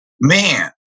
man